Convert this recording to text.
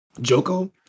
Joko